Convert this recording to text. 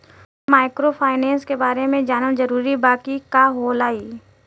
Microfinance के बारे में जानल जरूरी बा की का होला ई?